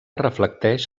reflecteix